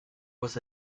was